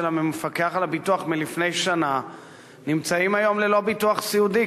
המפקח על הביטוח מלפני שנה נמצאים היום ללא ביטוח סיעודי,